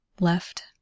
left